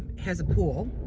has a pool.